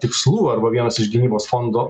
tikslų arba vienas iš gynybos fondo